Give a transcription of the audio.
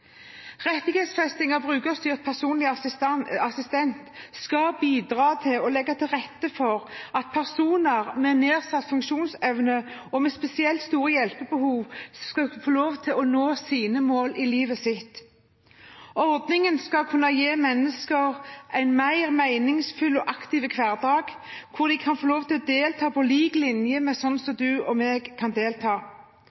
rettighetsfesting. Rettighetsfesting av brukerstyrt personlig assistanse skal bidra til å legge til rette for at personer med nedsatt funksjonsevne og med spesielt store hjelpebehov skal få lov til å nå sine mål i livene sine. Ordningen skal kunne gi mennesker en mer meningsfylt og aktiv hverdag hvor de kan få lov til å delta på lik linje med sånn som